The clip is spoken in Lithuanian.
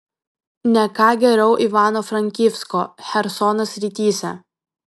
ne ką geriau ivano frankivsko chersono srityse